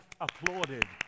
applauded